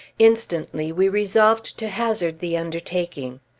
instantly we resolved to hazard the undertaking.